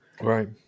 Right